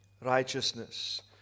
righteousness